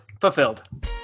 fulfilled